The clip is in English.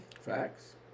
Facts